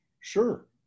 Sure